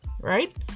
right